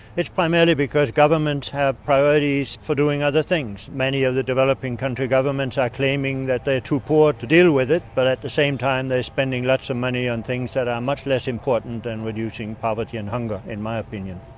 it's primarily because governments have priorities for doing other things. many of the developing country governments are claiming that they are too poor to deal with it but at the same time they are spending lots of money on things that are much less important than reducing poverty and hunger, in my opinion.